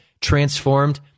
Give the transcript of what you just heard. transformed